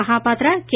Mahapatro కే